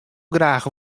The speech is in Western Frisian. graach